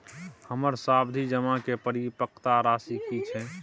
हमर सावधि जमा के परिपक्वता राशि की छै?